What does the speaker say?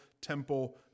temple